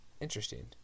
interesting